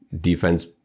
Defense